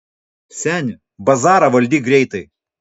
seni bazarą valdyk greitai